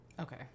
Okay